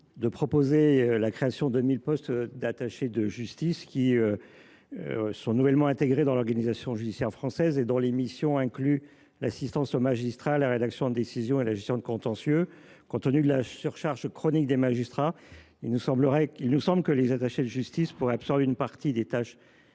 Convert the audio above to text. tend à créer 1 000 postes d’attachés de justice, qui sont nouvellement intégrés dans l’organisation judiciaire française et dont les missions incluent l’assistance aux magistrats, la rédaction de décisions et la gestion de contentieux. Compte tenu de la surcharge chronique des magistrats, il nous semble que les attachés de justice pourraient absorber une partie des tâches